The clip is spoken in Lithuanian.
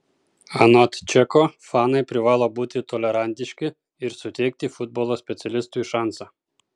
anot čeko fanai privalo būti tolerantiški ir suteikti futbolo specialistui šansą